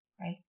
right